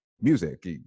music